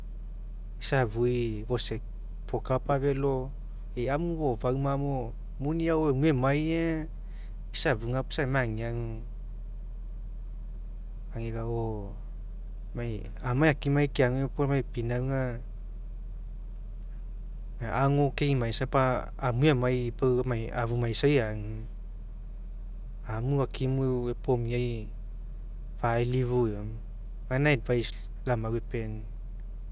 Isa afui fokapa felo ei aniu fofau mamo muni ao emue emai aga isa afuga puo isa eniai ageagu afeifa amai akimai keapu puo emai pinauga ago keiniaisa pau amue aniai pau afunaisai ague, amu akiniu epomiai faelifu eoma, gaina advice lau amau epeniau.